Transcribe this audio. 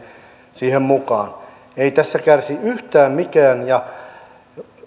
siihen mukaan ei tässä kärsi yhtään mikään ja